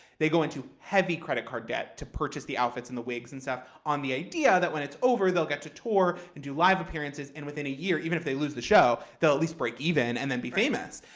they go into heavy credit card debt to purchase the outfits and the wigs and stuff on the idea that when it's over, they'll get to tour, do live appearances, and within a year, even if they lose the show, they'll at least break even and then be famous.